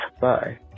bye